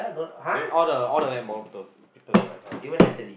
I mean all the all the netballer the people don't like her